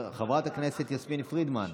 חברת הכנסת יסמין פרידמן,